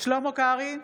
שלמה קרעי,